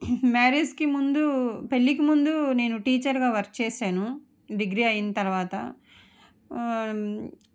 మ్యారేజ్కి ముందు పెళ్ళికి ముందు నేను టీచర్గా వర్క్ చేసాను డిగ్రీ అయిన తరువాత